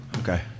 Okay